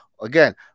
Again